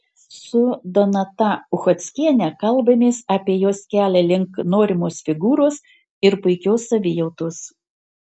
su donata uchockiene kalbamės apie jos kelią link norimos figūros ir puikios savijautos